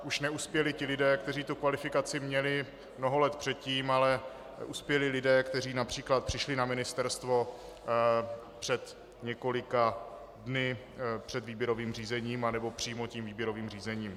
Už neuspěli lidé, kteří tu kvalifikaci měli mnoho let předtím, ale uspěli lidé, kteří například přišli na ministerstvo před několika dny před výběrovým řízením anebo přímo tím výběrovým řízením.